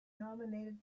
nominated